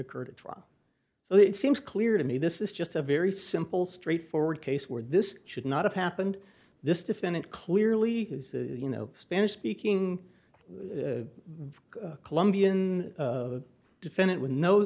occurred at trial so it seems clear to me this is just a very simple straightforward case where this should not have happened this defendant clearly you know spanish speaking colombian defendant with no